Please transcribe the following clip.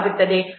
14 ಲಕ್ಷ 65000